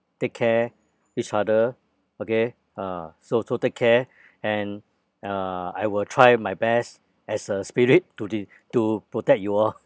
take care each other okay ah so so take care and uh I will try my best as a spirit to the to protect you all